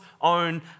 own